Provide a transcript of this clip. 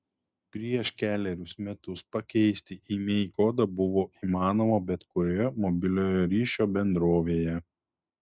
prieš kelerius metus pakeisti imei kodą buvo įmanoma bet kurioje mobiliojo ryšio bendrovėje